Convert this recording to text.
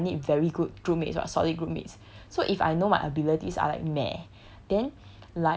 so obviously you are telling me I need very good group mates what solid group mates so if I know my abilities are like meh